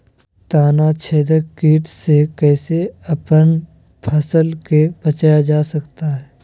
तनाछेदक किट से कैसे अपन फसल के बचाया जा सकता हैं?